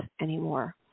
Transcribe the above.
anymore